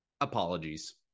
apologies